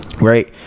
right